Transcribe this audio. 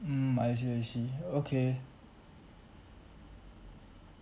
mm I see I see okay